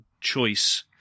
choice